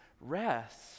rest